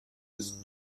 des